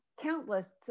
countless